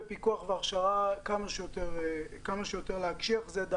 עמדתי היא שיש להקשיח כמה שיותר את תחומי הפיקוח בשלבי ההכשרה.